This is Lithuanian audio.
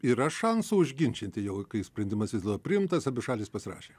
yra šansų užginčyti jau sprendimas jis gal priimtas abi šalys pasirašė